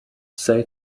say